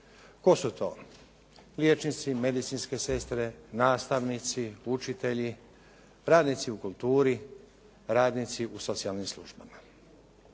Tko su to? Liječnici, medicinske sestre, nastavnici, učitelji, radnici u kulturi, radnici u socijalnim službama.